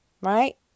right